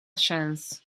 chance